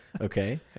Okay